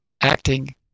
acting